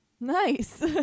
Nice